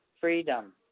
Freedom